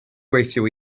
gweithio